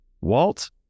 Walt